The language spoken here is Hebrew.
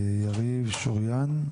יריב שוריאן,